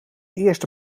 eerste